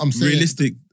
Realistic